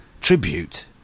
tribute